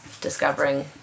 discovering